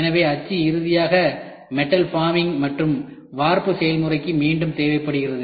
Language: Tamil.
எனவேஅச்சு இறுதியாக மெட்டல் ஃபாமிங் மற்றும் வார்ப்பு செயல்முறைக்கு மீண்டும் தேவைப்படுகிறது